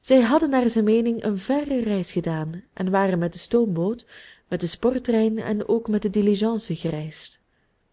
zij hadden naar zijn meening een verre reis gedaan en waren met de stoomboot met den spoortrein en ook met de diligence gereisd